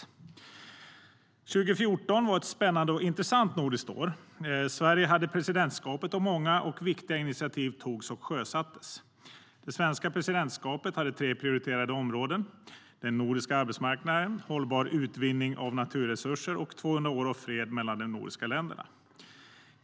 År 2014 var ett spännande och intressant nordiskt år. Sverige hade presidentskapet, och många och viktiga initiativ togs och sjösattes. Det svenska presidentskapet hade tre prioriterade områden: den nordiska arbetsmarknaden, hållbar utvinning av naturresurser och 200 år av fred mellan de nordiska länderna.